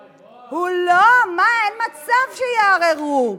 הוא: לא, מה, אין מצב שיערערו.